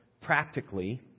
practically